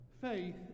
faith